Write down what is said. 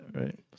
right